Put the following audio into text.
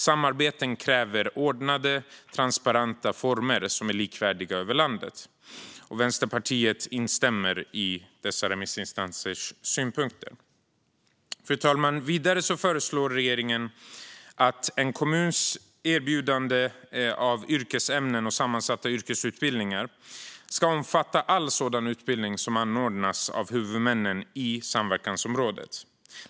Samarbeten kräver ordnade, transparenta former som är likvärdiga över landet. Vänsterpartiet instämmer i dessa remissinstansers synpunkter. Fru talman! Vidare föreslår regeringen att en kommuns erbjudande av yrkesämnen och sammanhållna yrkesutbildningar ska omfatta all sådan utbildning som anordnas av huvudmännen i samverkansområdet.